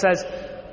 says